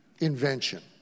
invention